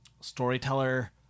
Storyteller